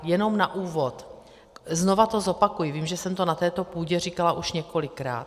Jenom na úvod, znovu to zopakuji, vím, že jsem to na této půdě říkala již několikrát.